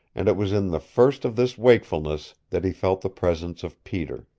and it was in the first of this wakefulness that he felt the presence of peter.